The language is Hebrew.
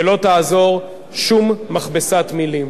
ולא תעזור שום מכבסת מלים.